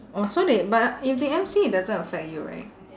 orh so they but if they M_C it doesn't affect you right